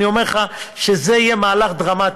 אני אומר לך שזה יהיה מהלך דרמטי,